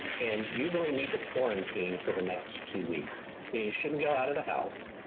and you really need to quarantine for the next two weeks. you shouldn't go out of the house,